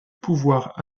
pouvoir